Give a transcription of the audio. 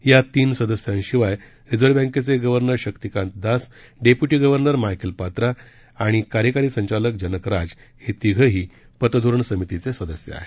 यी तीन सदस्यांशिवाय रिझर्व्ह बँकेचे governor Shaktikanta Das deputy governor Michael Patra आणि कार्यकारी संचालक जनक राज हे तीघेही पतधोरण समितीचे सदस्य आहेत